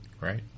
Right